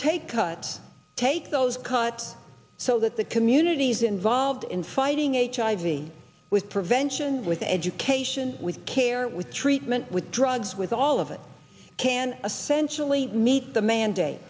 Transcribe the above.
take cut take those cut so that the communities involved in fighting aids hiv with prevention with education with care with treatment with drugs with all of it can a centrally meet the mandate